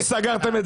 אם יהיה אחרת,